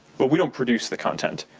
but we don't produce the content.